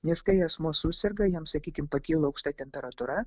nes kai asmuo suserga jam sakykim pakyla aukšta temperatūra